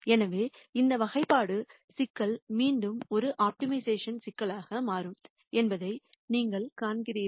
எனவே இந்த வகைப்பாடு சிக்கல் மீண்டும் ஒரு ஆப்டிமைசேஷன் சிக்கலாக மாறும் என்பதை நீங்கள் காண்கிறீர்கள்